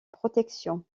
protection